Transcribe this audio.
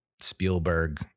spielberg